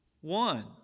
one